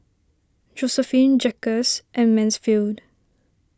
Josephine Jacquez and Mansfield